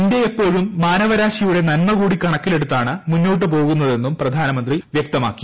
India എപ്പോഴും മാനവരാശിയുടെ നന്മ കൂടി കണക്കിലെടു ത്താണ് മുന്നോട്ടു പോകുന്നതെന്നും പ്രധാനമന്തി വ്യക്തമാക്കി